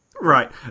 Right